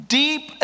deep